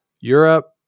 Europe